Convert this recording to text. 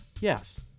Yes